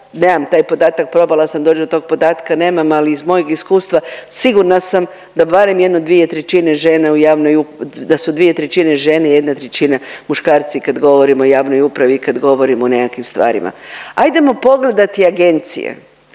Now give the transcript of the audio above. nemam taj podatak, probala sam doći do tog podatka, ali nemam. Ali iz mojeg iskustva sigurna sam da barem jedno dvije trećine žena u javnoj, da su dvije trećine žena, jedna trećina muškarci kad govorimo o javnoj upravi i kad govorimo o nekakvim stvarima. Hajdemo pogledati agencije,